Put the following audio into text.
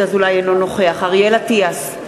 אינו נוכח אריאל אטיאס,